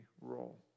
role